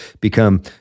become